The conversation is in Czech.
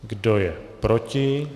Kdo je proti?